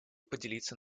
поделиться